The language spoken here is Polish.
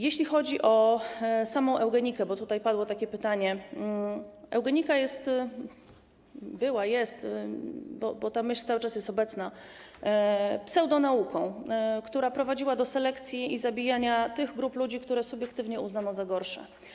Jeśli chodzi o samą eugenikę, bo tutaj padło takie pytanie, to eugenika jest - była, jest, bo ta myśl cały czas jest obecna - pseudonauką, która prowadziła do selekcji i zabijania tych grup ludzi, które subiektywnie uznano za gorsze.